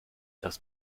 das